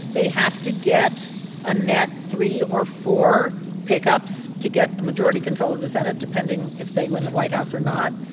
they have to get a net three or four pickups to get a majority control of the senate, depending if they win the white house or not.